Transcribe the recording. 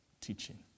teaching